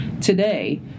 Today